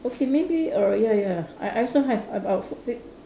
okay maybe err ya ya I I also have about four